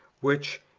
which,